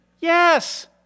Yes